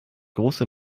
große